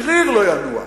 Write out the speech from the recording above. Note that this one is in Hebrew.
שריר לא ינוע.